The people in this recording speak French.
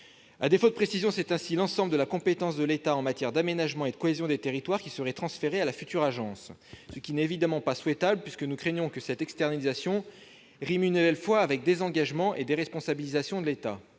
À défaut de précision, c'est ainsi la compétence de l'État en matière d'aménagement et de cohésion des territoires qui serait transférée à la future agence, ce qui n'est évidemment pas souhaitable, puisque nous craignons que cette externalisation ne rime une nouvelle fois avec désengagement et déresponsabilisation de l'État.